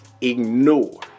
Ignore